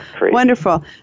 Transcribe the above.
wonderful